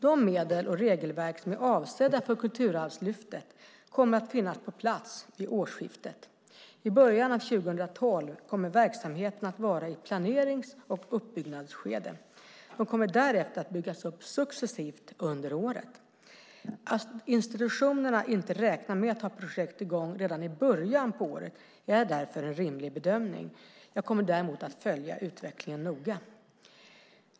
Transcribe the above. De medel och regelverk som är avsedda för Kulturarvslyftet kommer att finnas på plats vid årsskiftet. I början av 2012 kommer verksamheterna att vara i ett planerings och uppbyggnadsskede. De kommer därefter att byggas upp successivt under året. Att institutionerna inte räknar med att ha projekt i gång redan i början på året är därför en rimlig bedömning. Jag kommer däremot att följa utvecklingen noga.